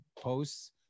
posts